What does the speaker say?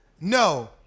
No